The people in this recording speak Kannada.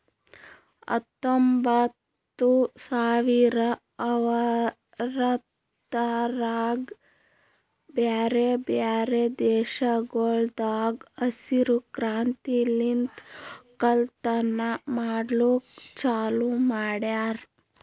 ಹತ್ತೊಂಬತ್ತು ಸಾವಿರ ಅರವತ್ತರಾಗ್ ಬ್ಯಾರೆ ಬ್ಯಾರೆ ದೇಶಗೊಳ್ದಾಗ್ ಹಸಿರು ಕ್ರಾಂತಿಲಿಂತ್ ಒಕ್ಕಲತನ ಮಾಡ್ಲುಕ್ ಚಾಲೂ ಮಾಡ್ಯಾರ್